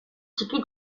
txiki